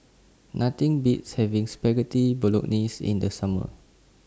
Nothing Beats having Spaghetti Bolognese in The Summer